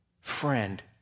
friend